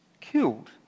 killed